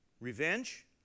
Revenge